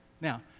Now